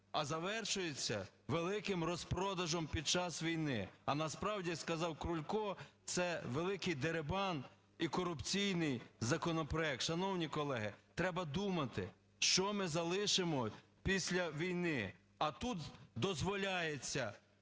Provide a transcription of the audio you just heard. а завершується великим розпродажем під час війни. А насправді, сказав Крулько, це великий дерибан і корупційний законопроект. Шановні колеги, треба думати, що ми залишимо після війни. А тут дозволяється